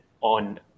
on